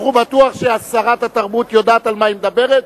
ובטוח ששרת התרבות יודעת על מה היא מדברת,